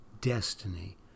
destiny